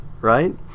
right